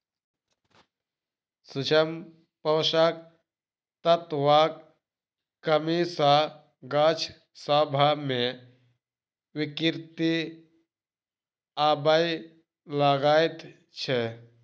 सूक्ष्म पोषक तत्वक कमी सॅ गाछ सभ मे विकृति आबय लागैत छै